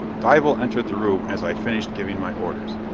dival entered the room as i finished giving my orders.